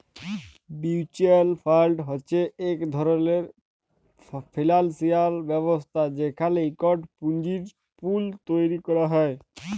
mutual fund হছে ইক ধরলের ফিল্যালসিয়াল ব্যবস্থা যেখালে ইকট পুঁজির পুল তৈরি ক্যরা হ্যয়